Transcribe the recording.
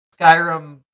Skyrim